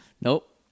Nope